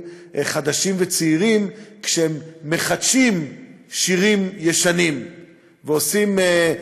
חדשים וצעירים הוא שהם מחדשים שירים ישנים ועושים,